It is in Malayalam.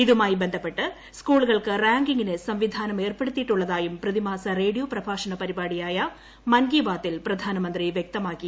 ഇതുമായി ബന്ധപ്പെട്ട് സ്കൂളുകൾക്ക് റാങ്കിംഗിന് സംവിധാനം ഏർപ്പെടുത്തിയിട്ടുള്ളതായും പ്രതിമാസ റേഡിയോ പ്രഭാഷണ പരിപാടിയായ മൻ കീ ബാത്തിൽ പ്രധാനമന്ത്രി വൃക്തമാക്കി